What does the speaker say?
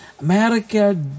America